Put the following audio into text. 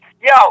yo